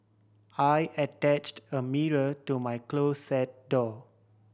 I attached a mirror to my closet door